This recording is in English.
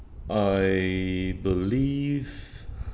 I believe